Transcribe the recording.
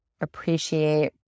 appreciate